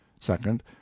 Second